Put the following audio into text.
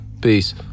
Peace